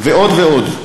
ועוד ועוד.